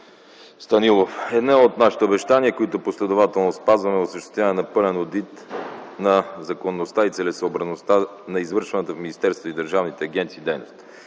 Станилов! Едно от нашите обещания, които последователно спазваме, е осъществяване на пълен одит на законността и целесъобразността на извършваната в министерствата и държавните агенции дейност.